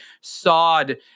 sawed